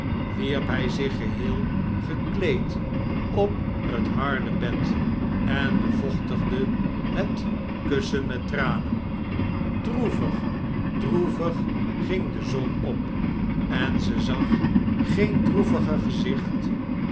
wierp hjj zich geheel gekleed op het harde bed en bevochtigde net kussen met tranen droevig droevig ging de zon op en ze zag geen droeviger gezicht